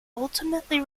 ultimately